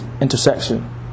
intersection